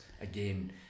Again